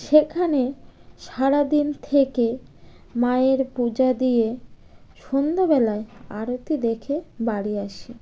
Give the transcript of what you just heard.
সেখানে সারাদিন থেকে মায়ের পূজা দিয়ে সন্ধেবেলায় আরতি দেখে বাড়ি আসি